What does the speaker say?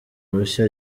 bushya